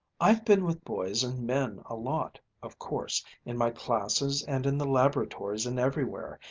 i've been with boys and men a lot, of course, in my classes and in the laboratories and everywhere,